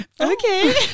Okay